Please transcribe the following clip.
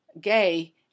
gay